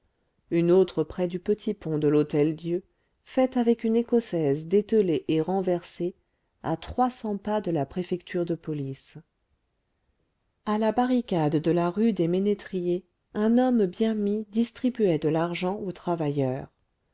une autre près du petit pont de l'hôtel-dieu faite avec une écossaise dételée et renversée à trois cents pas de la préfecture de police à la barricade de la rue des ménétriers un homme bien mis distribuait de l'argent aux travailleurs